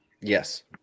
Yes